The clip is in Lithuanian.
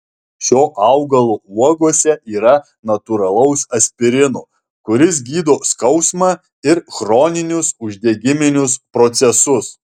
šio augalo uogose yra natūralaus aspirino kuris gydo skausmą ir chroninius uždegiminius procesus